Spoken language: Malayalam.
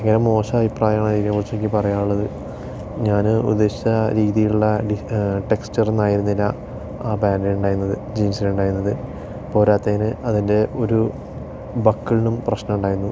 ഇങ്ങനെ മോശ അഭിപ്രായമാണ് അതിനെ കുറിച്ച് എനിക്ക് പറയാൻ ഉള്ളത് ഞാൻ ഉദ്ദേശിച്ച രീതിയിലുള്ള ഡി ടെക്സ്റ്റർ ഒന്നും ആയിരുന്നില്ല ആ പാന്റിൽ ഉണ്ടായിരുന്നത് ജീൻസിൽ ഉണ്ടായിരുന്നത് പോരാത്തതിന് അതിൻ്റെ ഒരു ബക്കിളിനും പ്രശ്നം ഉണ്ടായിരുന്നു